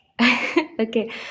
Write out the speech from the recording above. Okay